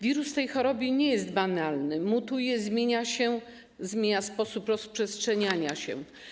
Wirus w tej chorobie nie jest banalny, mutuje, zmienia się, zmienia sposób rozprzestrzeniania się.